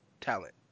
talent